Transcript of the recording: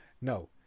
No